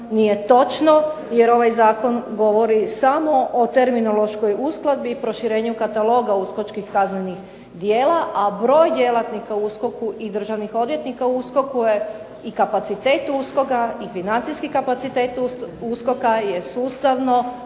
nije točno, jer ovaj zakon govori samo o terminološkoj uskladi i proširenju kataloga uskočkih kaznenih djela, a broj djelatnika u USKOK-u i državnih odvjetnika u USKOK-u je i kapacitet USKOK-a i financijski kapacitet USKOK-a je sustavno